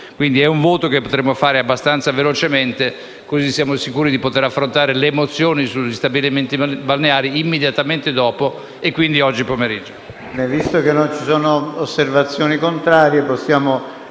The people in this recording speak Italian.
di un voto cui si può pervenire abbastanza velocemente, così da essere sicuri di poter affrontare le mozioni sugli stabilimenti balneari immediatamente dopo e quindi oggi pomeriggio.